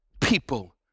people